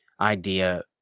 idea